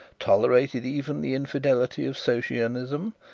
tolerated even the infidelity of socinianism,